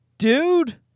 Dude